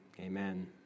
amen